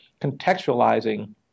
contextualizing